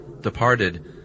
departed